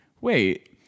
wait